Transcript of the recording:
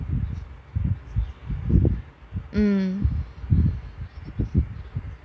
mm